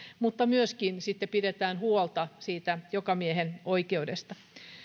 mutta myöskin pidetään huolta siitä jokamiehenoikeudesta